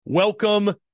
Welcome